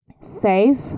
safe